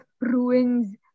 ruins